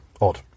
odd